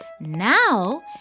Now